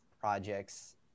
projects